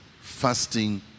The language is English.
fasting